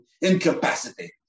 incapacitated